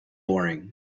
boring